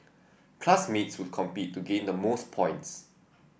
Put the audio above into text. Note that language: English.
classmates would compete to gain the most points